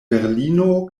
berlino